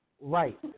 Right